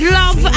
love